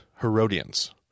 Herodians